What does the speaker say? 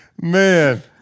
Man